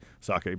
sake